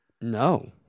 No